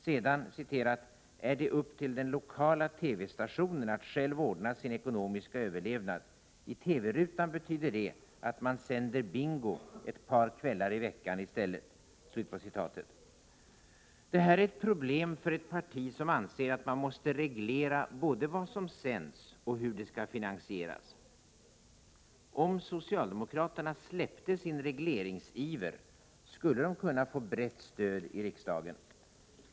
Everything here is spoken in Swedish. Sedan ”är det upp till den lokala TV-stationen att själv ordna sin ekonomiska överlevnad ———- I TV-rutan betyder det att man sänder Bingo ett par kvällar i veckan i stället.” Det här är ett problem för ett parti som anser att man måste reglera både vad som sänds och hur det skall finansieras. Om socialdemokraterna släppte sin regleringsiver, skulle de kunna få ett brett stöd i riksdagen.